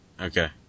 Okay